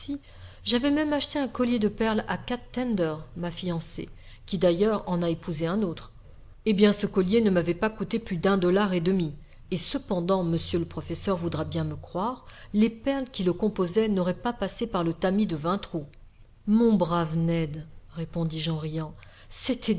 j'avais même acheté un collier de perles à kat tender ma fiancée qui d'ailleurs en a épousé un autre eh bien ce collier ne m'avait pas coûté plus d'un dollar et demi et cependant monsieur le professeur voudra bien me croire les perles qui le composaient n'auraient pas passé par le tamis de vingt trous mon brave ned